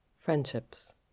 friendships